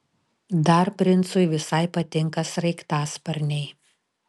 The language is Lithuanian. dar princui visai patinka sraigtasparniai